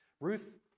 Ruth